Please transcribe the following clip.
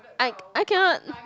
I I cannot